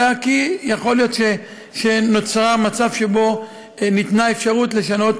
אלא יכול להיות שנוצר מצב שבו ניתנה אפשרות לשנות